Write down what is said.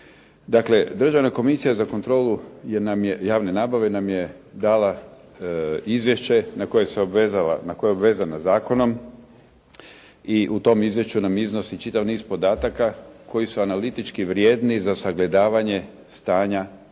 Dakle, Državna komisija za kontrolu javne nabave nam je dala izvješće na koje je obvezana zakonom i u tom izvješću nam iznosi čitav niz podataka koji su analitički vrijedni za sagledavanje stanja u javnoj